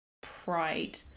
Pride